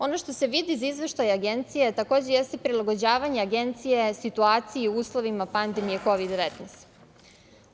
Ono što se vidi iz izveštaja Agencije takođe jeste prilagođavanje Agencije situaciji u uslovima pandemije Kovid 19.